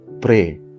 Pray